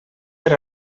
per